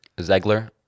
Ziegler